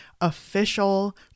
official